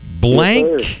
Blank